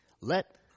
Let